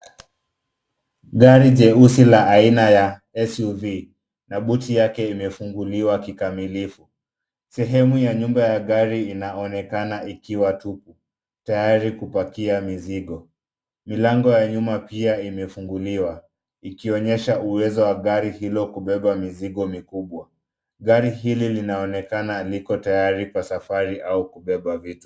Gari jeusi la aina ya SUV, na boot yake imefunguliw kikamilifu. Sehemu ya nyuma ya gari inaonekana ikiwa tupu, tayari kupakia mzigo. Milango ya nyuma pia imefunguliwa, ikionyesha uwezo wa gari hilo kupepa mizigo mikubwa. Gari hili linaonekana liko tayari kwa safari au kupepa vitu.